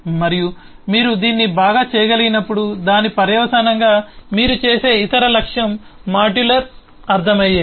మరియు మీరు దీన్ని బాగా చేయగలిగినప్పుడు దాని పర్యవసానంగా మీరు చేసే ఇతర లక్ష్యం మాడ్యులర్ అర్థమయ్యేది